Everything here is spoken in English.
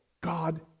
god